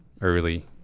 early